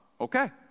okay